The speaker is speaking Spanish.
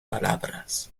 palabras